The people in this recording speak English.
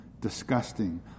disgusting